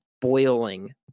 boiling